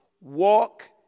walk